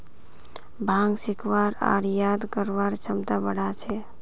भांग सीखवार आर याद करवार क्षमता बढ़ा छे